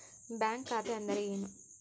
Bank ಖಾತೆ ಅಂದರೆ ಏನು?